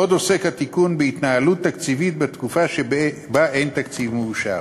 עוד עוסק התיקון בהתנהלות תקציבית בתקופה שבה אין תקציב מאושר.